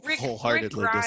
wholeheartedly